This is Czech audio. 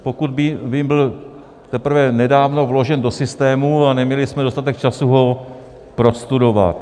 Pokud vím, byl teprve nedávno vložen do systému a neměli jsme dostatek času ho prostudovat.